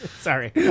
Sorry